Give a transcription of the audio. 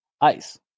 ice